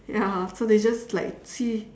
ya so they just like see